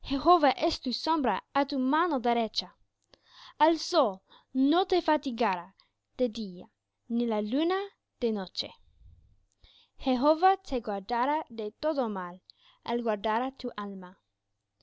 es tu sombra á tu mano derecha el sol no te fatigará de día ni la luna de noche jehová te guardará de todo mal el guardará tu alma